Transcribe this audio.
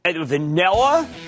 Vanilla